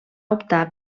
optar